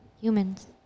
humans